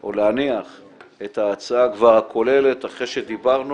או להניח את ההצעה הכוללת אחרי שדיברנו